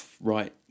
right